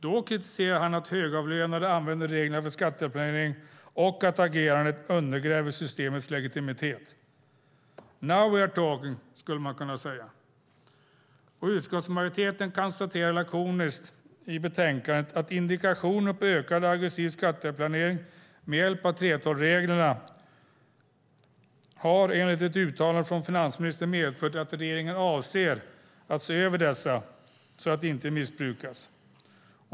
Då kritiserade han att högavlönade använder reglerna för skatteplanering och att agerandet undergräver systemets legitimitet. Now we are talking, skulle man kunna säga. Utskottsmajoriteten konstaterar i betänkandet lakoniskt att indikationer på ökad aggressiv skatteplanering med hjälp av 3:12-reglerna enligt ett uttalande från finansministern har medfört att regeringen avser att se över reglerna så att de inte missbrukas.